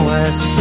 West